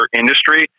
industry